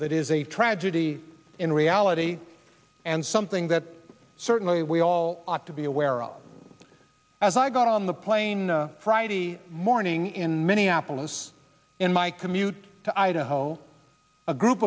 that is a tragedy in reality and something that certainly we all ought to be aware of as i got on the plane friday morning in minneapolis in my commute to idaho a group